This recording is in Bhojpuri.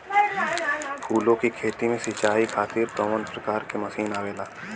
फूलो के खेती में सीचाई खातीर कवन प्रकार के मशीन आवेला?